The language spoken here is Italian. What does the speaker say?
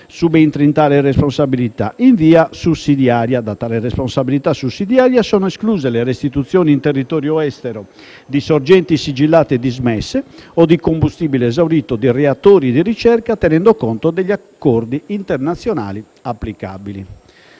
subentri in tale responsabilità in via sussidiaria. Da tale responsabilità sussidiaria sono escluse le restituzioni in territorio estero di sorgenti sigillate dismesse o di combustibile esaurito di reattori di ricerca, tenendo conto degli accordi internazionali applicabili.